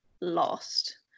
lost